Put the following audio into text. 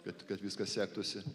kadt kad viskas sektųsi